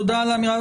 תודה על האמירה.